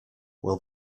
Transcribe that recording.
will